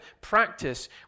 practice